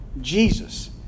Jesus